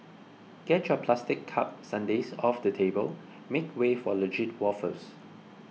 get your plastic cup sundaes off the table make way for legit waffles